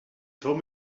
told